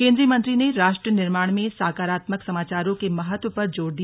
केंद्रीय मंत्री ने राष्ट्र निर्माण में सकारात्मक समाचारों के महत्व पर जोर दिया